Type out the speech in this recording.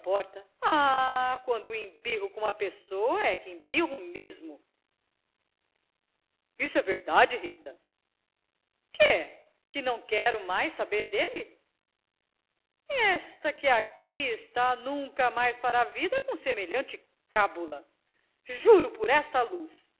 ah quando embirro com uma pessoa é que embirro mesmo isso é verdade rita quê que não quero saber mais dele esta que aqui está nunca mais fará vida com semelhante cábula juro por esta luz